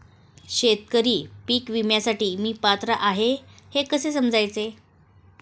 शेतकरी पीक विम्यासाठी मी पात्र आहे हे कसे समजायचे?